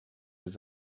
deux